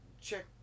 check